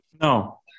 No